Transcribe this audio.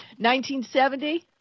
1970